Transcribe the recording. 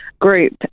group